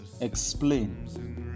explain